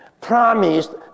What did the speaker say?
promised